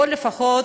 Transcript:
פה לפחות